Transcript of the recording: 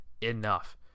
enough